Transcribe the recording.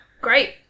Great